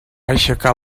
aixecar